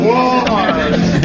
Wars